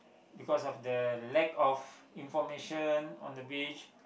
because of the lack of information on the beach